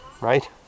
right